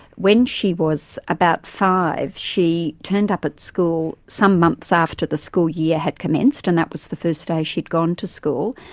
when she was about five, she turned up at school some months after the school year had commenced, and that was the first day she'd gone to school,